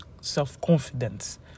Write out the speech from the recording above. self-confidence